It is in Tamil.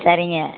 சரிங்க